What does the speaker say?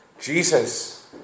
Jesus